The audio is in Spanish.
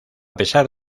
pesar